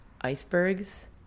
icebergs